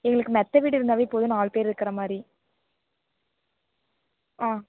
எங்களுக்கு மெத்த வீடு இருந்தாவே போதும் நாலு பேர் இருக்கிற மாதிரி ஆ